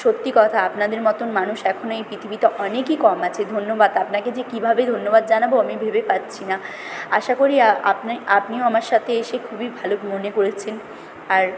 সত্যি কথা আপনাদের মতন মানুষ এখন এই পৃথিবীতে অনেকই কম আছে ধন্যবাদ আপনাকে যে কীভাবে ধন্যবাদ জানাব আমি ভেবে পাচ্ছি না আশা করি আপনি আপনিও আমার সাথে এসে খুবই ভালো মনে করেছেন আর